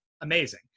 amazing